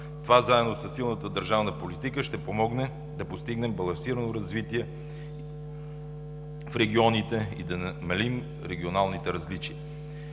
Това, заедно със силната държавна политика, ще помогне да постигнем балансирано развитие в регионите и да намалим регионалните различия.